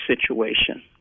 situation